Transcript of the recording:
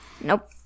nope